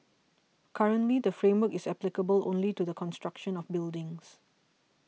currently the framework is applicable only to the construction of buildings